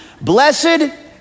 Blessed